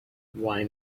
why